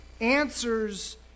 answers